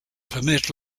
permit